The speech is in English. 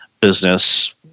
business